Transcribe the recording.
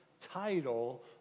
title